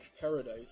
Paradise